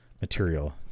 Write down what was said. material